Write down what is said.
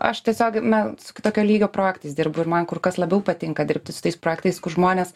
aš tiesiog na su kitokio lygio projektais dirbu ir man kur kas labiau patinka dirbti su tais projektais kur žmonės